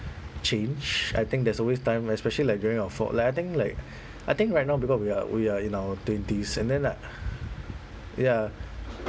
change I think there's always time like especially like during our four~ like I think like I think right now because we are we are in our twenties and then like ya